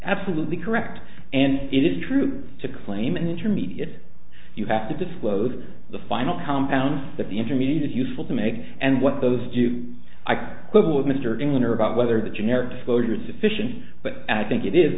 absolutely correct and it is true to claim an intermediate you have to disclose the final compounds that the intermediate useful to make and what those do i can quibble with mr ting on or about whether the generic disclosure sufficient but at think i